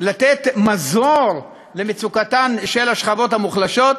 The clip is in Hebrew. לתת מזור למצוקתן של השכבות המוחלשות,